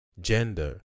Gender